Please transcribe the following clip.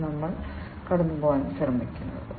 കാമ്പിൽ ഇത് സെൻസിംഗിനെയും പ്രവർത്തനത്തെയും കുറിച്ചാണ്